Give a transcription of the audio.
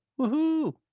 Woohoo